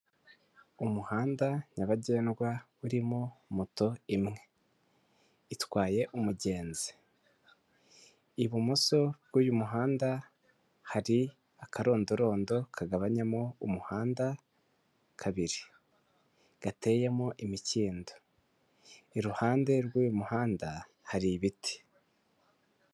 Umuhanda nyabagendwa urimo moto imwe, itwaye umugenzi, ibumoso bw'uyu muhanda hari akarondorondo kagabanyamo umuhanda kabiri, gateyemo imikindo, iruhande rw'uyu muhanda hari ibiti.